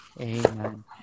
Amen